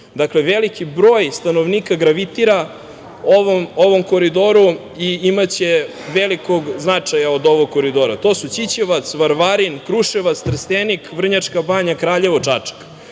veliki broj stanovnika gravitira ovim koridorom i imaće velikog značaja od ovog koridora. To su: Ćićevac, Varvarin, Kruševac, Trstenik, Vrnjačka Banja, Kraljevo,